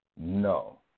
No